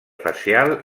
facial